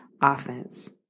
offense